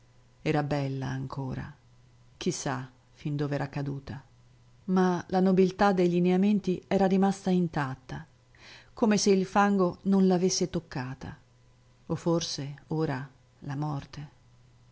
era bella ancora chi sa fin dove era caduta ma la nobiltà dei lineamenti era rimasta intatta come se il fango non l'avesse toccata o forse ora la morte